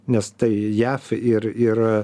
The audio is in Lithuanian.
nes tai jav ir ir